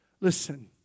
listen